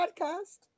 Podcast